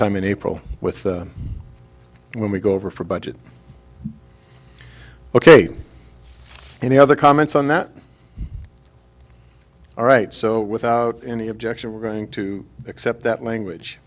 sometime in april with when we go over for budget ok any other comments on that all right so without any objection we're going to accept that language